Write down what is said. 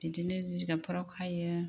बिदिनो जिगाबफ्राव खायो